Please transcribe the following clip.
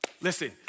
Listen